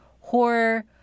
horror